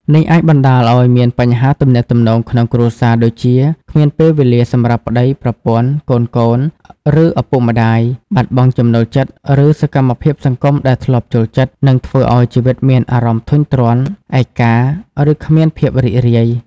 នេះអាចបណ្តាលឱ្យមានបញ្ហាទំនាក់ទំនងក្នុងគ្រួសារ ដូចជា គ្មានពេលវេលាសម្រាប់ប្តី/ប្រពន្ធ កូនៗ ឬឪពុកម្តាយ បាត់បង់ចំណូលចិត្ត ឬសកម្មភាពសង្គមដែលធ្លាប់ចូលចិត្ត និងធ្វើឱ្យជីវិតមានអារម្មណ៍ធុញទ្រាន់ ឯកា ឬគ្មានភាពរីករាយ។